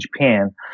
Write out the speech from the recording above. Japan